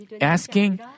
Asking